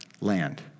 land